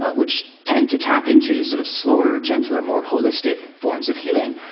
which tend to tap into sort of slower, gentler, more holistic forms of healing.